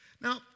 Now